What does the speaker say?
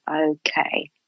okay